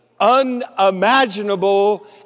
unimaginable